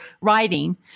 writing